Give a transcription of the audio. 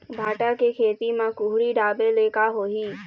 भांटा के खेती म कुहड़ी ढाबे ले का होही?